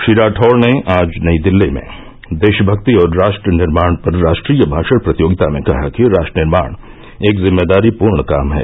श्री राठौड़ ने आज नई दिल्ली में देशभक्ति और राष्ट्र निर्माण पर राष्ट्रीय भाषण प्रतियोगिता में कहा कि राष्ट्र निर्माण एक जिम्मेदारीपूर्ण काम है